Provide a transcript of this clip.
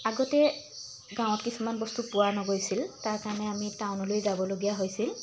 আগতে গাঁৱত কিছুমান বস্তু পোৱা নগৈছিল তাৰকাৰণে আমি টাউনলৈ যাবলগীয়া হৈছিল